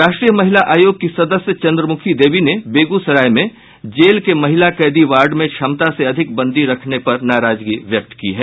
राष्ट्रीय महिला आयोग की सदस्य चन्द्रमुखी देवी ने बेगूसराय में जेल के महिला कैदी वार्ड में क्षमता से अधिक बंदी रखे जाने पर नाराजगी व्यक्त की है